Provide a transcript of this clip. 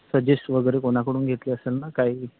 सजेस वगैरे कोणाकडून घेतली असेल ना काही